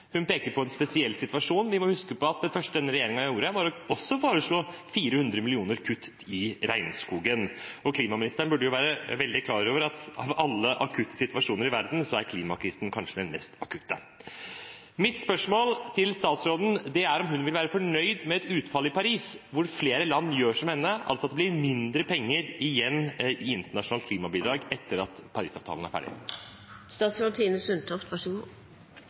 hun peker på en spesiell situasjon. Vi må huske på at det første denne regjeringen gjorde, var å foreslå 400 mill. kr i kutt i regnskogsatsingen. Klimaministeren burde være veldig klar over at av alle akutte situasjoner i verden er klimakrisen kanskje den mest akutte. Mitt spørsmål til statsråden er om hun vil være fornøyd med et utfall i Paris hvor flere land gjør som henne – at det blir mindre penger igjen til internasjonale klimabidrag etter at Paris-avtalen er ferdig.